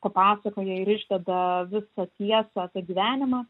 papasakoja ir išdeda visą tiesą apie gyvenimą